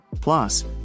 Plus